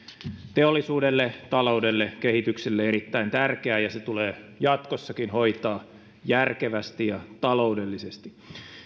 teollisuudelle taloudelle kehitykselle erittäin tärkeä ja se tulee jatkossakin hoitaa järkevästi ja taloudellisesti